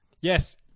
Yes